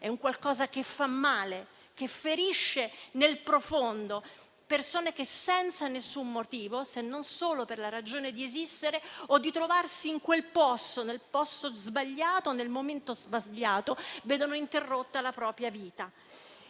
è un qualcosa che fa male, che ferisce nel profondo persone che, senza alcun motivo, se non solo per la ragione di esistere o di trovarsi nel posto sbagliato al momento sbagliato, vedono interrotta la propria vita.